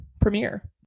Premiere